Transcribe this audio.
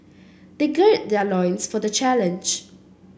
they gird their loins for the challenge